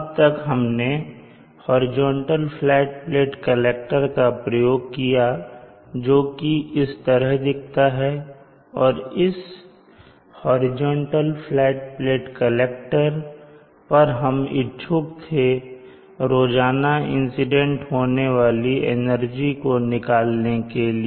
अब तक हमने हॉरिजॉन्टल फ्लैट प्लेट कलेक्टर का प्रयोग किया जोकि इस तरह दिखता है और इस हॉरिजॉन्टल फ्लैट प्लेट कलेक्टर पर हम इच्छुक थे रोजाना इंसीडेंट होने वाली एनर्जी को निकालने के लिए